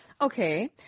Okay